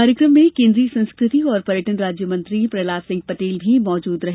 कार्यक्रम में केंद्रीय संस्कृति और पर्यटन राज्य मंत्री प्रहलाद सिंह पटेल भी मौजूद रहे